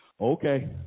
Okay